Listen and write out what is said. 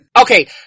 Okay